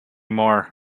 more